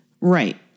Right